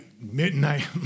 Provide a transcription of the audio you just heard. midnight